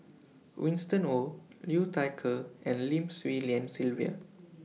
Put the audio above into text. Winston Oh Liu Thai Ker and Lim Swee Lian Sylvia